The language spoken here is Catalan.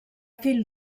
fill